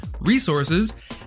resources